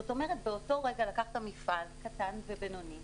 זאת אומרת באותו רגע לקחת מפעל קטן ובינוני